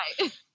Right